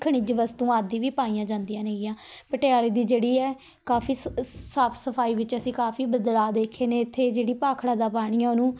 ਖਣਿਜ ਵਸਤੂਆਂ ਆਦਿ ਵੀ ਪਾਈਆਂ ਜਾਂਦੀਆਂ ਨੇਗੀਆਂ ਪਟਿਆਲੇ ਦੀ ਜਿਹੜੀ ਹੈ ਕਾਫੀ ਸਾਫ ਸਫਾਈ ਵਿੱਚ ਅਸੀਂ ਕਾਫੀ ਬਦਲਾਅ ਦੇਖੇ ਨੇ ਇੱਥੇ ਜਿਹੜੀ ਭਾਖੜਾ ਦਾ ਪਾਣੀ ਆ ਉਹਨੂੰ